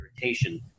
irritation